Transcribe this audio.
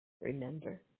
Remember